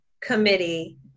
committee